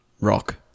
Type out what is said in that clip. Rock